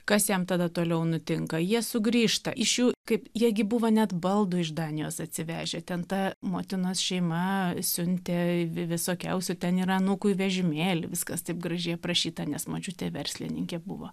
kas jam tada toliau nutinka jie sugrįžta iš jų kaip jie gi buvo net baldų iš danijos atsivežę ten ta motinos šeima siuntė vi visokiausių ten yra anūkui vežimėlį viskas taip gražiai aprašyta nes močiutė verslininkė buvo